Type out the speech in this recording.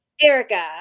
Erica